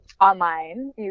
online